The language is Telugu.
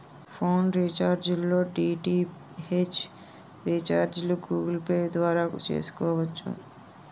ఫోన్ రీఛార్జ్ లో డి.టి.హెచ్ రీఛార్జిలు గూగుల్ పే ద్వారా చేసుకోవచ్చు